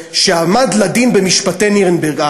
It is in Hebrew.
שעמד לדין במשפטי נירנברג.